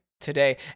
today